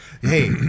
Hey